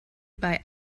bei